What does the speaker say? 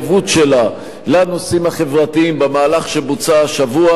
שלה לנושאים החברתיים במהלך שבוצע השבוע,